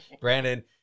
Brandon